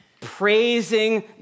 praising